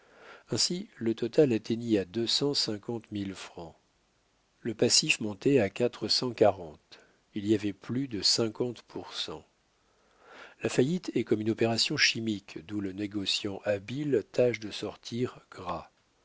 ainsi le total atteignit à deux cent cinquante-cinq mille francs le passif montait à quatre cent quarante il y avait plus de cinquante pour cent la faillite est comme une opération chimique d'où le négociant habile tâche de sortir gras